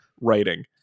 writing